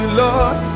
lord